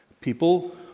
People